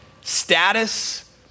status